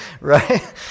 Right